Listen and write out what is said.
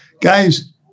guys